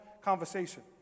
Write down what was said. conversation